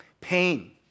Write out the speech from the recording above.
Pain